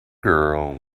girl